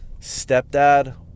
stepdad